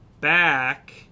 back